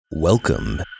Welcome